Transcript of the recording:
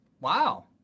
Wow